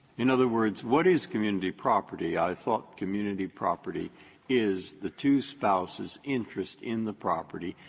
in other words, what is community property? i thought community property is the two spouses' interest in the property,